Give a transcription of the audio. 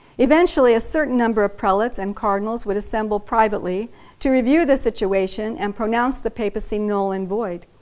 eventually a certain number of prelates and cardinals would assemble privately to review the situation and pronounce the papacy null and void.